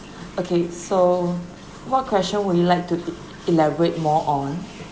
okay so what question would you like to e~ elaborate more on